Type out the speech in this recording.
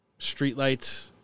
streetlights